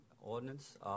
ordinance